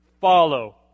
follow